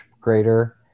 greater